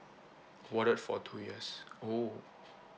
awarded for two years oh